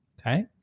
Okay